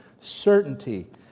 certainty